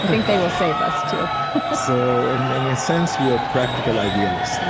think they will save us too so and in a sense, we are practical idealists.